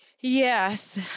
Yes